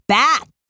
back